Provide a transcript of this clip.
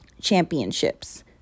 championships